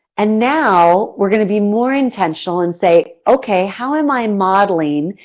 and now, we're going to be more intentional and say, ok, how am i and modeling?